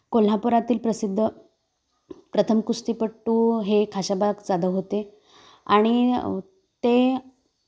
कोल्हापुरातील प्रसिद्ध प्रथम कुस्तीपट्टू हे खाशाबा जाधव होते आणि ते